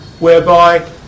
Whereby